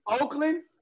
Oakland